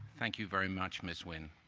thank you very much, ms. wynne.